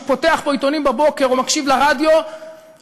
מי שפותח פה עיתונים בבוקר או מקשיב לרדיו בטוח